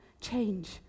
change